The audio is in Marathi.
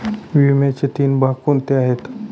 विम्याचे तीन भाग कोणते आहेत?